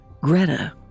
Greta